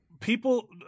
people –